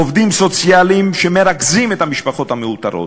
עובדים סוציאליים שמרכזים את המשפחות המאותרות,